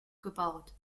gebaut